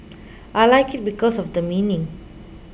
I like it because of the meaning